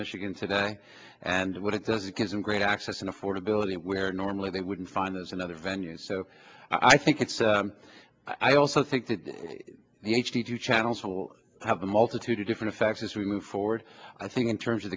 michigan today and what it does it gives them great access and affordability where normally they wouldn't find there's another venue so i think it's i also think that the h d channels will have a multitude of different effects as we move forward i think in terms of